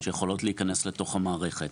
שיכולות להיכנס לתוך המערכת.